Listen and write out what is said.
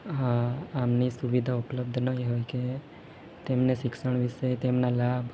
આ આમની સુવિધા ઉપલબ્ધ ન હોય કે તેમને શિક્ષણ વિષે તેમના લાભ